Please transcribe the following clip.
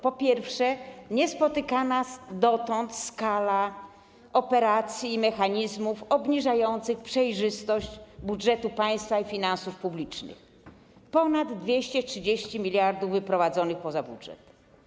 Po pierwsze, niespotykana dotąd skala operacji i mechanizmów obniżających przejrzystość budżetu państwa i finansów publicznych - ponad 230 mld wyprowadzone poza budżet.